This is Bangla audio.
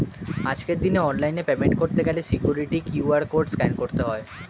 আজকের দিনে অনলাইনে পেমেন্ট করতে গেলে সিকিউরিটি কিউ.আর কোড স্ক্যান করতে হয়